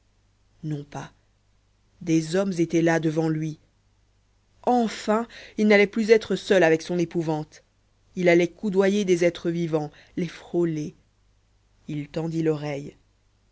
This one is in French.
non pas des hommes étaient là devant lui enfin il n'allait plus être plus seul avec son épouvante il allait coudoyer des êtres vivants les frôler il tendit l'oreille